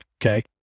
Okay